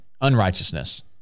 unrighteousness